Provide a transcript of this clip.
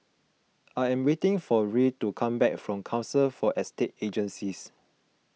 I am waiting for Ruie to come back from Council for Estate Agencies